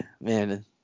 man